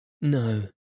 No